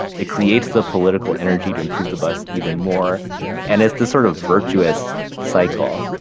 it creates the political energy to improve the bus even more and it's this sort of virtuous cycle.